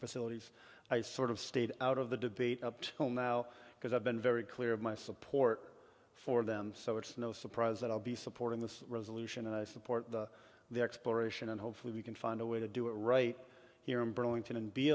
facilities i sort of stayed out of the debate up till now because i've been very clear of my support for them so it's no surprise that i'll be supporting this resolution and i support the the exploration and hopefully we can find a way to do it right here in burlington and be